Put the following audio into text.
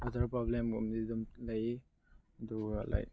other ꯄ꯭ꯔꯣꯕ꯭ꯂꯦꯝꯒꯨꯝꯕꯗꯤ ꯑꯗꯨꯝ ꯂꯩ ꯑꯗꯨꯒ ꯂꯥꯏꯛ